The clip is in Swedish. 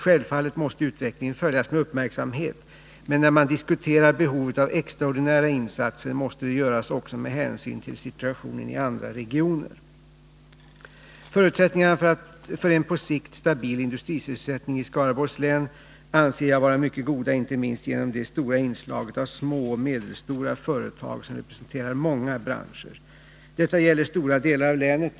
Självfallet måste utvecklingen följas med uppmärksamhet, men när man diskuterar behovet av extraordinära insatser måste det göras också med hänsyn till situationen i andra regioner. Förutsättningarna för en på sikt stabil industrisysselsättning i Skaraborgs län anser jag vara mycket goda, inte minst genom det stora inslaget av små och medelstora företag som representerar många branscher. Detta gäller stora delar av länet.